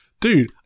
dude